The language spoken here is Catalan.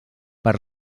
per